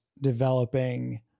developing